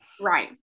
Right